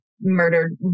murdered